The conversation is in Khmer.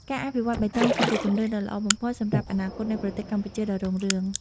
ការអភិវឌ្ឍបៃតង គឺជាជម្រើសដ៏ល្អបំផុតសម្រាប់អនាគតនៃប្រទេសកម្ពុជាដ៏រុងរឿង។